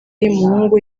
y’umuhungu